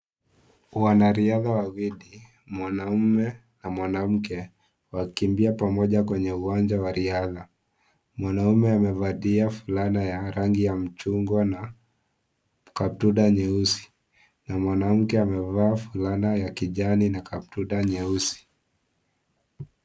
Wanariadha wawili, mwanamume na mwanamke, wakikimbia pamoja kwenye uwanja wa riadha. Mwanamume amevalia shati ya rangi ya mchungwa na katura nyeusi na mwanamke amevaa fulana ya kijani na kaptura nyeusi.